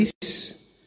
peace